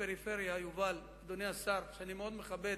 יובל, אדוני השר שאני מאוד מכבד,